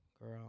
girl